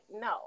no